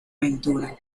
aventura